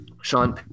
Sean